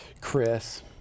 Chris